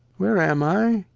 where am i?